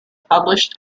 published